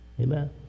Amen